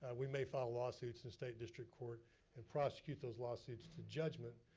and we may file lawsuits in state district court and prosecute those lawsuits to judgment